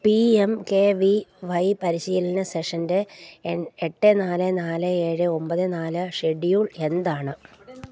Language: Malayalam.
P M K V Y പരിശീലന സെഷൻറ്റെ എട്ട് നാല് നാല് ഏഴ് ഒമ്പത് നാല് ഷെഡ്യൂൾ എന്താണ്